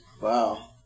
Wow